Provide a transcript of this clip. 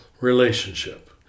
relationship